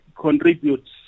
contributes